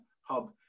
hub